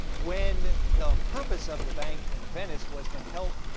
when the purpose of the bank in venice was to help,